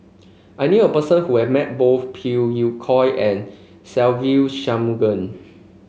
I knew a person who has met both Phey Yew Kok and Se Ve Shanmugam